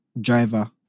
driver